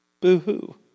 Boo-hoo